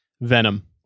Venom